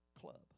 Club